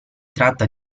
tratta